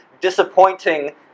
disappointing